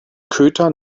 köter